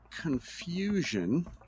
confusion